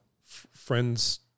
friends